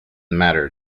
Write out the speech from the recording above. matter